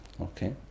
Okay